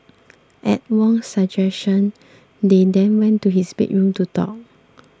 at Wong's suggestion they then went to his bedroom to talk